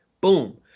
boom